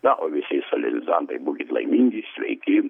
na o visi solenizantai būkit laimingi sveiki